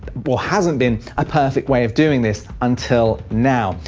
or hasn't been a perfect way of doing this until now!